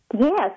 Yes